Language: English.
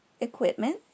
equipment